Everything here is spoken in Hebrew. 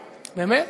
באמת?